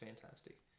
fantastic